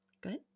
Good